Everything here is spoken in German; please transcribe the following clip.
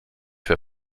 für